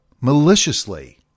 maliciously